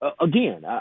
again